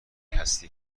هستی